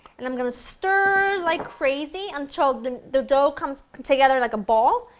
and i'm gonna stir like crazy until the the dough comes together like a ball.